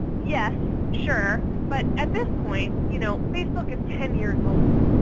yes. sure. but at this point, you know facebook is ten years old.